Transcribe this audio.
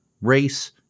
race